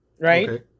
right